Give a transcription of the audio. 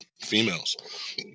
females